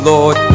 Lord